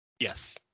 Yes